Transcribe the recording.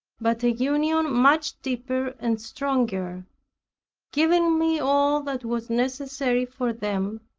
but a union much deeper and stronger giving me all that was necessary for them,